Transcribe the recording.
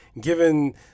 given